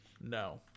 No